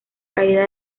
caída